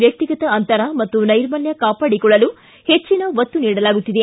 ವ್ಯಕ್ತಿಗತ ಅಂತರ ಮತ್ತು ನೈರ್ಮಲ್ಯ ಕಾಪಾಡಿಕೊಳ್ಳಲು ಹೆಚ್ಚಿನ ಒತ್ತು ನೀಡಲಾಗುತ್ತಿದೆ